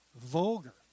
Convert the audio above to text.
vulgar